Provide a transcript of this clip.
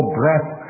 breath